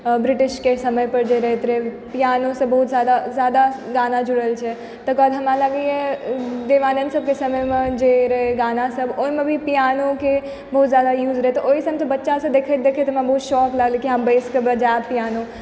ब्रिटिशके समयपर जे रहैत रहै पियानो सँ बहुत जादा गाना जुड़ल छै तकर बाद हमरा लागैए देवानन्द सबके समयमे जे रहै गाना सब ओहिमे भी पियानोके बहुत जादा यूज रहै तऽ ओहिसँ बच्चासँ देखैत देखैत हमरा बहुत सौख लागल कि हम बैसिकऽ बजायब पियानो